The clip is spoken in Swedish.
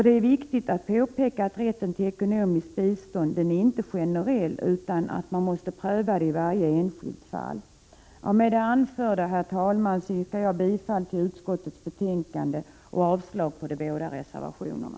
Det är viktigt att påpeka att rätten till ekonomiskt bistånd inte är generell, utan den måste prövas i varje enskilt fall. Med det anförda, herr talman, yrkar jag bifall till utskottets hemställan och avslag på de båda reservationerna.